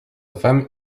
femme